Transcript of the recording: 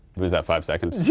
was that five seconds?